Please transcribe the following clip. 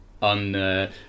on